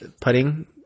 putting